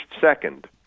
second